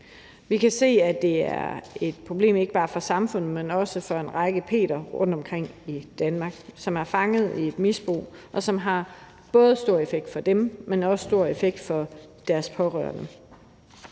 Vi kan se, at det er et problem ikke bare for samfundet, men også for en række mennesker som Peter rundtomkring i Danmark, som er fanget i et misbrug, som både har store konsekvenser for dem, men også store konsekvenser for deres pårørende.